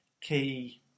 key